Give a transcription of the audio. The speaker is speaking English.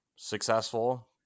Successful